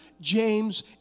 James